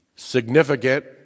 Significant